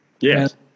Yes